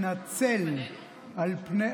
אז אתה מתנצל בפנינו?